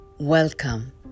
Welcome